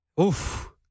oof